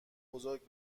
بزرگ